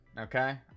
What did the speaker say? okay